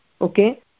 okay